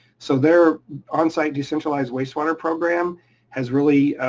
so their on site decentralized wastewater program has really.